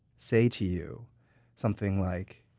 say to you something like,